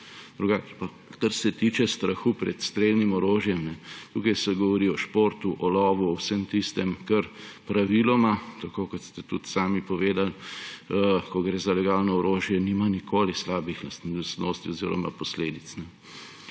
Drugače pa, kar se tiče strahu pred strelnim orožjem. Tukaj se govori o športu, o lovu, o vsem tistem, kar praviloma, tako kot ste tudi sami povedali, ko gre za legalno orožje, nima nikoli slabih lastnosti oziroma posledic.